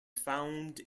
found